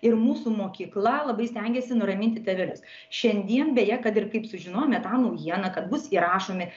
ir mūsų mokykla labai stengiasi nuraminti tėvelius šiandien beje kad ir kaip sužinojome tą naujieną kad bus įrašomi